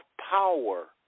power